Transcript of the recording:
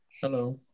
Hello